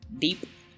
deep